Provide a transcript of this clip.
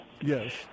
Yes